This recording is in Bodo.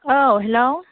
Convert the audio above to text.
औ हेलौ